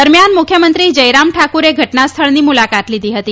દરમ્યાન મુખ્યમંત્રી જયરામ ઠાકુરે ઘટનાસ્થળની મુલાકાત લીધી હતી